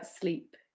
sleep